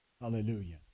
Hallelujah